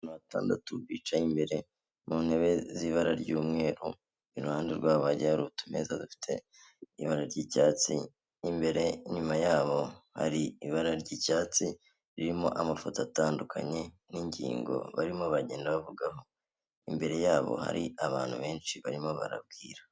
Abantu batandatu bicaye imbere mu ntebe z'ibara ry'umweru, iruhande rwabo hagiye hari utumeza dufite ibara ry'icyatsi imbere n'inyuma yabo hari ibara ry'icyatsi ririmo amafoto atandukanye n'ingingo barimo baragenda bavugaho, imbere yabo hari abantu benshi barimo barabwira.